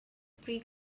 pre